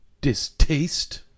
distaste